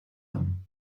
them